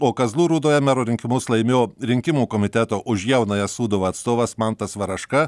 o kazlų rūdoje mero rinkimus laimėjo rinkimų komiteto už jaunąją sūduvą atstovas mantas varaška